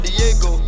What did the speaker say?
Diego